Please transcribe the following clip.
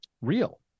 real